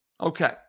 Okay